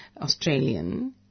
Australian